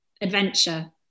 adventure